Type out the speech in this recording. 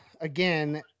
Again